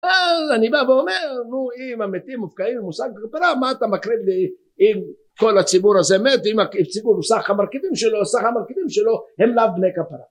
אז אני בא ואומר נו אם המתים מופקעים עם מושג כפרה מה אתה מקריב לי אם כל הציבור הזה מת אם הציבור הוא סך המרכיבים שלו או סך המרכיבים שלו הם לאו בני כפרה